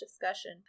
discussion